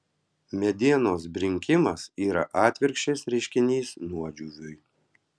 medienos brinkimas yra atvirkščias reiškinys nuodžiūviui